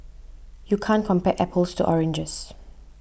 you can't compare apples to oranges